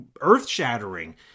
earth-shattering